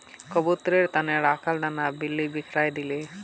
कबूतरेर त न रखाल दाना बिल्ली बिखरइ दिले